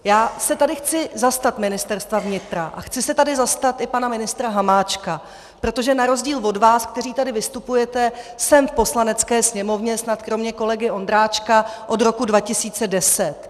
Já se tady chci zastat Ministerstva vnitra a chci se tady zastat i pana ministra Hamáčka, protože na rozdíl od vás, kteří tady vystupujete, jsem v Poslanecké sněmovně snad kromě kolegy Ondráčka od roku 2010.